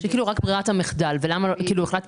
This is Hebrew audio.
כלומר רק בעניין